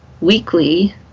weekly